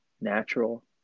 natural